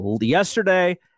yesterday